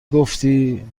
گفتی